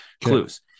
clues